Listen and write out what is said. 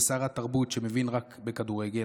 ושר התרבות מבין רק בכדורגל.